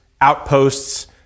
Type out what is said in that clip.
outposts